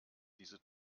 diese